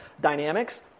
dynamics